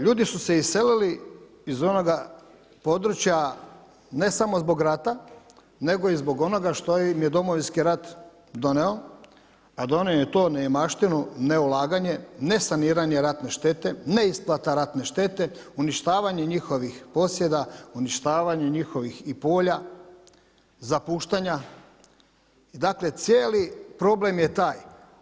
Ljudi su se iselili iz onoga područja, ne samo zbog rata, nego i zbog onoga što im je Domovinski rat donio, a donio je neimaštinu, ne ulaganje, ne saniranje ratne štete, ne isplate ratne štete, uništavanje njihovih posjeda, uništavanje njihovih i polja, zapuštanja, dakle cijeli problem je taj.